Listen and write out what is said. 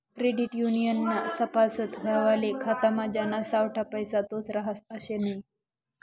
credit युनियननं सभासद व्हवाले खातामा ज्याना सावठा पैसा तोच रहास आशे नै